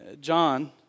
John